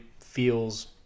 feels